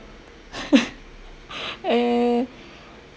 eh